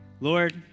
Lord